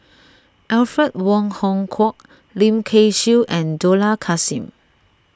Alfred Wong Hong Kwok Lim Kay Siu and Dollah Kassim